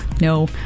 No